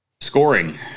scoring